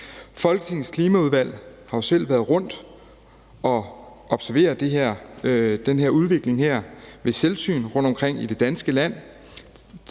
Forsyningsudvalget har selv været rundt at observere den her udvikling ved selvsyn rundtomkring i det danske land.